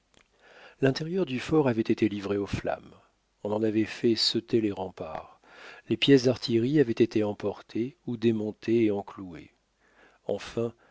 l'intérieur du fort avait été livré aux flammes on en avait fait sauter les remparts les pièces d'artillerie avaient été emportées ou démontées et enclouées enfin